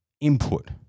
input